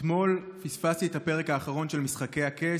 אתמול פספסתי את הפרק האחרון של משחקי הכס,